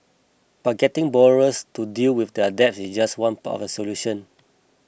but getting borrowers to deal with their debt is just one part of the solution